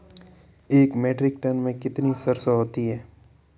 एक metric tonne में कितनी सरसों होती है?